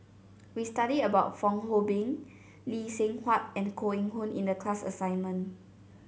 we studied about Fong Hoe Beng Lee Seng Huat and Koh Eng Hoon in the class assignment